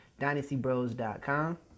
DynastyBros.com